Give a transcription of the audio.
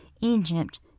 Egypt